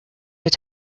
they